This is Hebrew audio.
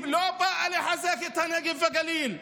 היא לא באה לחזק את הנגב והגליל,